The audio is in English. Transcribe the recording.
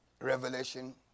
Revelation